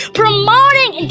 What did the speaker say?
promoting